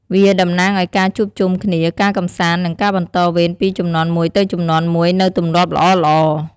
វាតំណាងឱ្យការជួបជុំគ្នា ការកម្សាន្ត និងការបន្តវេនពីជំនាន់មួយទៅជំនាន់មួយនូវទម្លាប់ល្អៗ។